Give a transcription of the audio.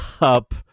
up